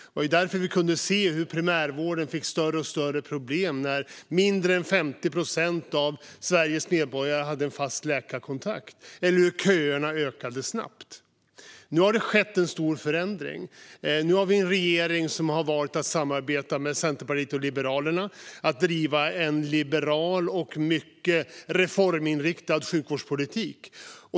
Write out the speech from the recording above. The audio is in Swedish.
Därför kunde vi se hur primärvården fick större och större problem, att mindre än 50 procent av Sveriges medborgare hade en fast läkarkontakt och att köerna ökade snabbt. Nu har det skett en stor förändring. Nu har vi en regering som har valt att samarbeta med Centerpartiet och Liberalerna om att driva en liberal och mycket reforminriktad sjukvårdspolitik.